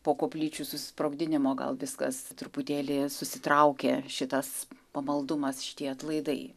po koplyčių susprogdinimo gal viskas truputėlį susitraukė šitas pamaldumas šitie atlaidai